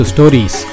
Stories